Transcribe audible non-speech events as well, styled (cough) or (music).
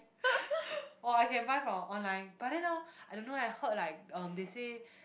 (breath) !wah! I can buy from online but then hor I don't know eh I heard like um they say